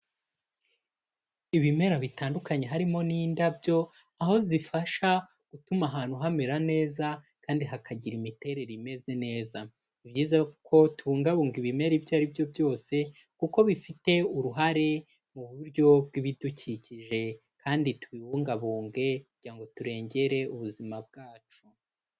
Ibimera bitandukanye harimo n'indabyo, aho zifasha gutuma ahantu hamera neza kandi hakagira imiterere imeze neza, ni byiza yuko tubungabunga ibimera ibyo ari byo byose kuko bifite uruhare mu buryo bw'ibidukikije kandi tubibungabunge kugira ngo turengere ubuzima bwacu.